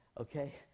okay